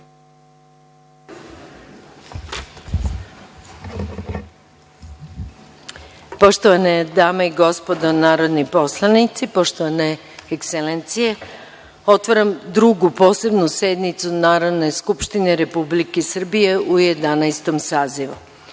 Poštovane dame i gospodo narodni poslanici, poštovane ekselencije, otvaram Drugu posebnu sednicu Narodne skupštine Republike Srbije u Jedanaestom